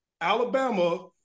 Alabama